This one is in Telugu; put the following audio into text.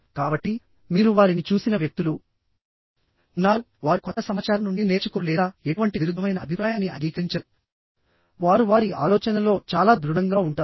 కాబట్టి మీరు వారిని చూసిన వ్యక్తులు ఉన్నారువారు కొత్త సమాచారం నుండి నేర్చుకోరు లేదా ఎటువంటి విరుద్ధమైన అభిప్రాయాన్ని అంగీకరించరువారు వారి ఆలోచనలో చాలా దృఢంగా ఉంటారు